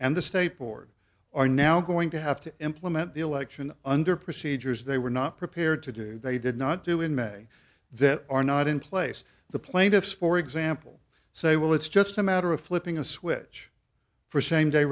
and the state board are now going to have to implement the election under procedures they were not prepared to do they did not do in may then are not in place the plaintiffs for example say well it's just a matter of flipping a switch for same day